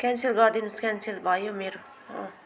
cancel गरिदिनुहोस् cancel भयो मेरो अँ